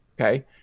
Okay